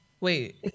wait